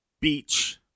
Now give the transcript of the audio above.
beach